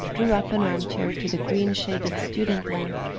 drew up an arm-chair to the green-shaded student lamp,